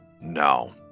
No